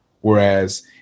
Whereas